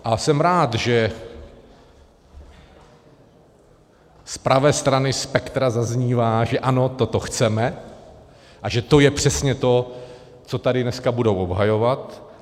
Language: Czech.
A jsem rád, že z pravé strany spektra zaznívá, že toto chceme a že to je přesně to, co tady dneska budou obhajovat.